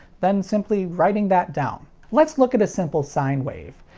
then simply writing that down. let's look at a simple sine wave.